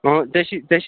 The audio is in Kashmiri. اۭں ژےٚ چھی ژےٚ چھی